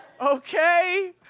Okay